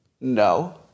No